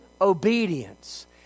obedience